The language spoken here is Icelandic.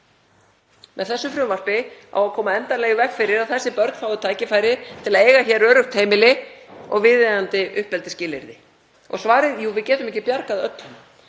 Með þessu frumvarpi á að koma endanlega í veg fyrir að þessi börn fái tækifæri til að eiga hér öruggt heimili og viðeigandi uppeldisskilyrði. Og svarið? Jú, við getum ekki bjargað öllum.